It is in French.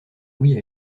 louis